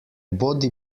bodi